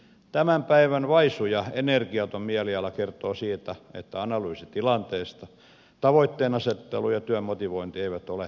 tämän päivän vaisu ja energiaton mieliala kertoo siitä että analyysi tilanteesta tavoitteenasettelu ja työn motivointi eivät ole sopusoinnussa keskenään